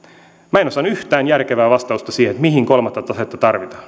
ole saanut yhtään järkevää vastausta siihen mihin kolmatta tasetta